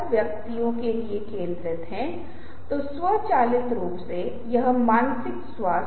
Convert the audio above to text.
बहुत हद तक संदेश में क्या है काफी प्रभावित करता है कि अनुनय का स्तर क्या है